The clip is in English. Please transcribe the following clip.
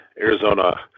Arizona